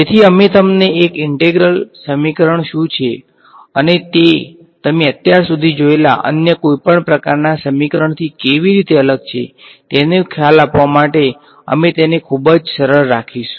તેથી અમે તમને એક ઈન્ટેગ્રલ સમીકરણ શું છે અને તે તમે અત્યાર સુધી જોયેલા અન્ય કોઈપણ પ્રકારના સમીકરણથી કેવી રીતે અલગ છે તેનો ખ્યાલ આપવા માટે અમે તેને ખૂબ જ સરળ રાખીશું